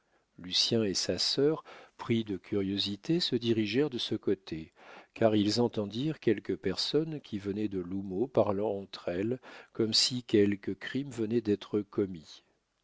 lucien et sa sœur pris de curiosité se dirigèrent de ce côté car ils entendirent quelques personnes qui venaient de l'houmeau parlant entre elles comme si quelque crime venait d'être commis